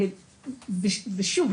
שוב,